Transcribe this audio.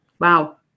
Wow